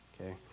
okay